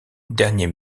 dernier